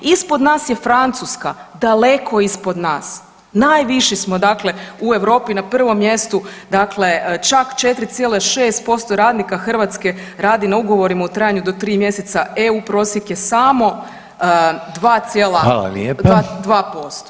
Ispod nas je Francuska daleko ispod nas, najviši smo dakle u Europi, na 1. mjestu, dakle čak 4,6% radnika Hrvatske radi na ugovorima u trajanju do 3 mjeseca, EU prosjek je samo 2 cijela, [[Upadica: Hvala lijepa.]] 2%